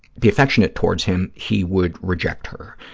be affectionate towards him he would reject her,